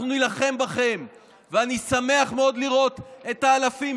אנחנו נילחם בכם ואני שמח מאוד לראות את האלפים,